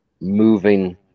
moving